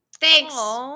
Thanks